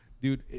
dude